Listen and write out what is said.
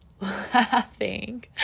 laughing